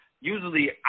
usually